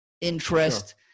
interest